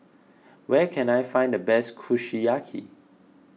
where can I find the best Kushiyaki